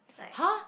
like